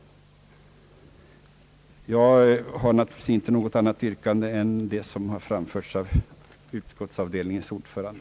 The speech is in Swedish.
Jag har naturligtvis inte något annat yrkande än det som framfördes av utskottsavdelningens ordförande.